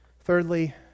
Thirdly